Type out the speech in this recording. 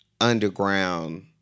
underground